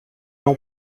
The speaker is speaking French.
non